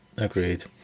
Agreed